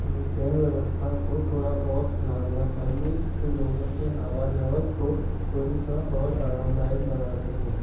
train व्यवस्था को थोड़ा और सुधारना चाहिए जिससे लोगों के आवाजाही को थोड़ी सा और आरामदायक बना सकें